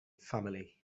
family